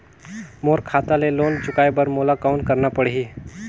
मोर खाता ले लोन चुकाय बर मोला कौन करना पड़ही?